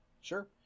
Sure